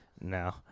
No